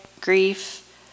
grief